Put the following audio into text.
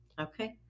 Okay